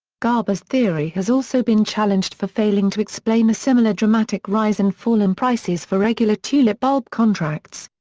garber's theory has also been challenged for failing to explain a similar dramatic rise and fall in prices for regular tulip bulb contracts.